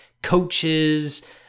coaches